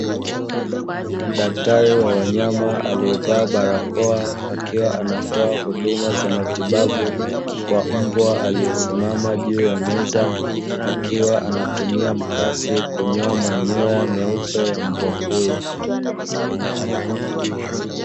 Daktari wa wanyama aliyevaa barakoa, akiwa anatoa huduma za matibabu kwa mbwa aliyesimama juu ya meza, akiwa anatumia mkasi kunyoa manyoya meupe ya mbwa huyo.